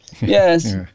Yes